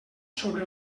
sobre